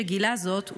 שגילה זאת,